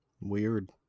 weird